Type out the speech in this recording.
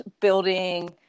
building